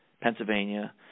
Pennsylvania